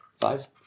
Five